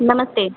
नमस्ते